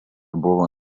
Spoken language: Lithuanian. buvo